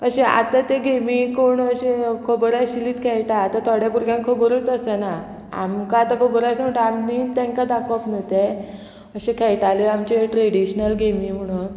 अशें आतां ते गेमी कोण अशें खबर आशिल्लीच खेळटा आतां थोड्या भुरग्यांक खबरूच आसना आमकां आतां खबर आसा म्हणटा आमीच तांकां दाखोवप न्हू तें अशें खेळटाल्यो आमचे ट्रेडिशनल गेमी म्हणून